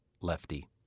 Lefty